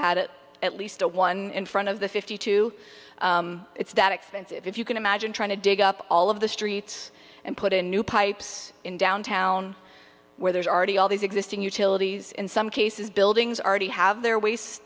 had it at least a one in front of the fifty two it's that expensive if you can imagine trying to dig up all of the streets and put in new pipes in downtown where there's already all these existing utilities in some cases buildings are they have their wa